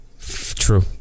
true